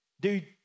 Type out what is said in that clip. Dude